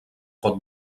pot